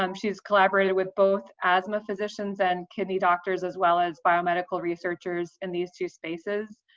um she has collaborated with both asthma physicians and kidney doctors as well as biomedical researchers in these two spaces,